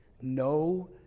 no